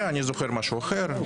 אני זוכר משהו אחר.